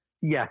Yes